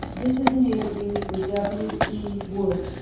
this is an interview with w e. wood,